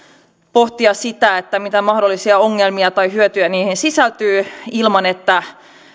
pohtia mitä mahdollisia ongelmia tai hyötyjä niihin sisältyy ilman että